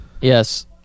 yes